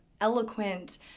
eloquent